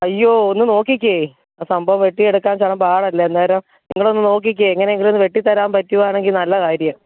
അയ്യോ ഒന്ന് നോക്കിക്കേ ആ സംഭവം വെട്ടി എടുക്കാൻ ശകലം പാടല്ലേ അന്നേരം നിങ്ങൾ ഒന്ന് നോക്കിക്കേ എങ്ങനെയെങ്കിലും ഒന്ന് വെട്ടിത്തരാൻ പറ്റുവാണെങ്കിൽ നല്ല കാര്യം